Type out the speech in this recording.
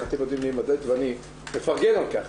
אתם יודעים להימדד ואני מפרגן על כך.